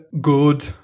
good